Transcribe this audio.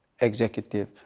executive